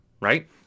Right